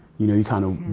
you know, you kind of,